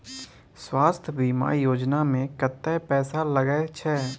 स्वास्थ बीमा योजना में कत्ते पैसा लगय छै?